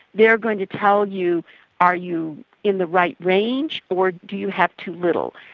they are going to tell you are you in the right range or do you have too little,